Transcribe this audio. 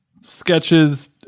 sketches